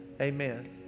amen